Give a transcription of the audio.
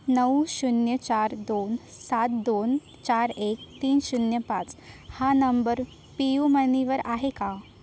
नऊ शून्य चार दोन सात दोन चार एक तीन शून्य पाच हा नंबर पिमनीवर आहे का